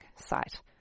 site